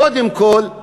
קודם כול,